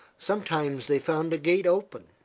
sometimes they found a gate open,